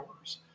hours